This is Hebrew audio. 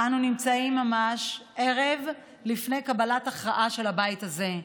אנו נמצאים ממש ערב לפני קבלת הכרעה של הבית הזה.